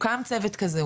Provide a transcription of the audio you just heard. הוקם צוות כזה,